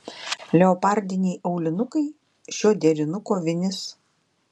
leopardiniai aulinukai šio derinuko vinis